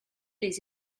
les